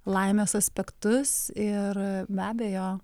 laimės aspektus ir be abejo